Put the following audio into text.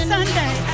Sunday